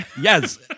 yes